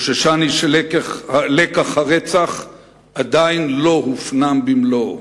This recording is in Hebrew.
חוששני שלקח הרצח עדיין לא הופנם במלואו.